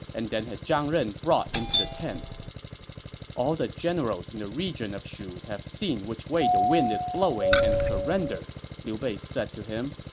and then had zhang ren brought into the tent all the generals in the region of shu have seen which way the wind is blowing and surrendered, liu bei said to him.